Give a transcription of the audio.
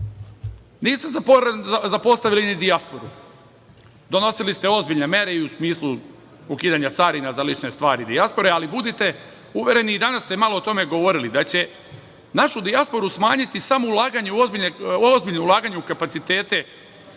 zapostavili ni dijasporu. Donosili ste ozbiljne mere i u smislu ukidanja carina za lične stvari dijaspore, ali budite uvereni, i danas ste malo o tome govorili, da će našu dijasporu smanjiti samo ozbiljno ulaganje u kapacitete